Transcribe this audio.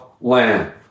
land